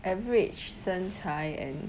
average 身材 and